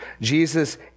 Jesus